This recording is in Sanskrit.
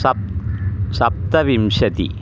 सप्त सप्तविंशतिः